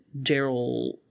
Daryl